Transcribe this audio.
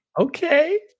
Okay